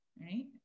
Right